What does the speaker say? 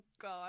God